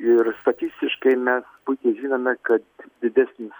ir statistiškai mes puikiai žinome kad didesnis